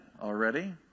already